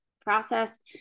processed